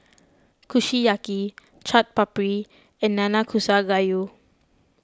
Kushiyaki Chaat Papri and Nanakusa Gayu